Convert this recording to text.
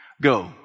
Go